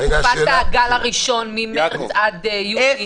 ובתקופת הגל הראשון, ממרץ עד יוני?